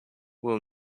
will